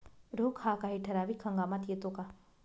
रोग हा काही ठराविक हंगामात येतो का?